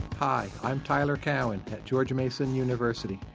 hi, i'm tyler cowen at george mason university.